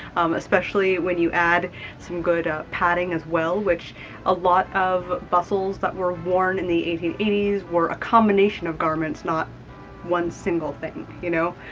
especially when you add some good padding as well, which a lot of bustles that were worn in the eighteen eighty s were a combination of garments, not one single thing, you know?